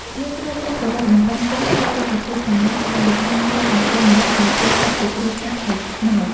យើងត្រូវចេះគោរពនិងដឹងគុណដល់រុក្ខជាតិទាំងឡាយដែលបានជួយសង្គ្រោះមនុស្សឱ្យចៀសផុតពីគ្រោះថ្នាក់ភ័យខ្មោច។